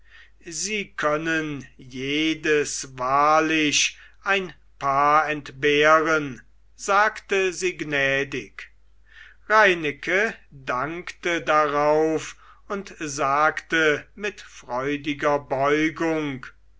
sie können jedes wahrlich ein paar entbehren sagte sie gnädig reineke dankte darauf und sagte mit freudiger beugung